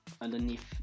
underneath